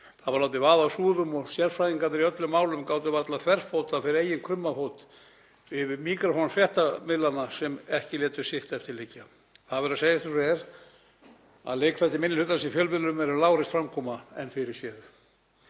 Það var látið vaða á súðum og sérfræðingarnir í öllum málum gátu varla þverfótað fyrir eigin krummafót yfir míkrafón fréttamiðlanna sem ekki létu sitt eftir liggja. Það verður að segjast eins og er að leikþættir minni hlutans í fjölmiðlum eru lágreist framkoma, en fyrirséð.